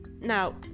Now